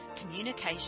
communication